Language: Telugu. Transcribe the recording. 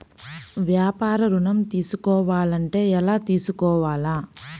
వ్యాపార ఋణం తీసుకోవాలంటే ఎలా తీసుకోవాలా?